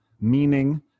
meaning